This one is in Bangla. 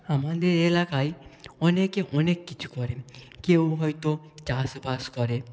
আমাদের এলাকায় অনেকে অনেক কিছু করে কেউ হয়তো চাষবাস করে